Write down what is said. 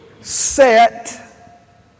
set